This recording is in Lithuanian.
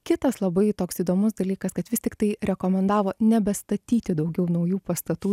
kitas labai toks įdomus dalykas kad vis tiktai rekomendavo nebestatyti daugiau naujų pastatų